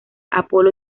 apolo